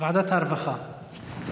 ועדת העבודה, הרווחה והבריאות.